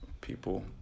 people